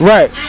Right